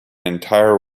entire